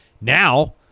now